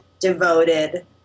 devoted